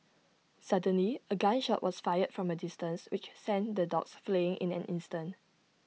suddenly A gun shot was fired from A distance which sent the dogs fleeing in an instant